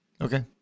Okay